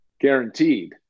Guaranteed